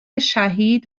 شهید